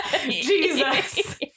Jesus